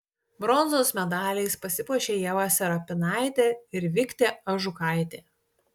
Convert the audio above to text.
bronzos medaliais pasipuošė ieva serapinaitė ir viktė ažukaitė